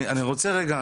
אני רוצה רגע,